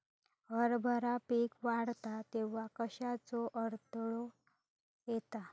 हरभरा पीक वाढता तेव्हा कश्याचो अडथलो येता?